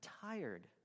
tired